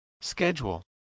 Schedule